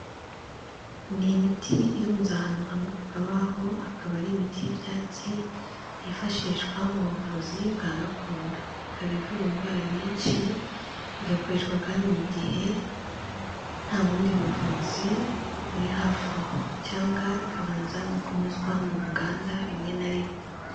Ni imiti irunze ahantu hamwe ku kabaho akaba ari imiti y'ibyatsi yifashishwa mu buvuzi bwa gakondo, ikaba ivura indwara nyinshi, igakoreshwa kandi mu gihe nta bundi buvuzi buri hafi aho, cyangwa ikabanza no kunyuzwa mu nganda rimwe na rimwe.